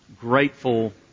grateful